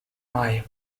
mai